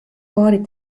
paarid